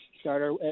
starter